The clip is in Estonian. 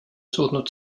suutnud